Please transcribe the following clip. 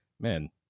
man